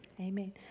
Amen